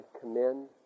commend